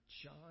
John